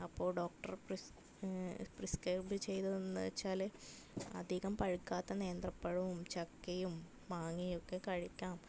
അപ്പോൾ ഡോക്ടർ പ്രിസ് പ്രിസ്ക്കൈബ് ചെയ്തതെന്ന് വെച്ചാൽ അധികം പഴുക്കാത്ത നേന്ത്രപ്പഴവും ചക്കയും മാങ്ങയുവൊക്കെ കഴിക്കാം